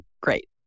Great